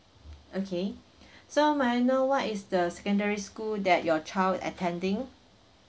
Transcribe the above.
okay so may I know what is the secondary school that your child attending